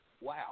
Wow